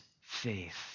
faith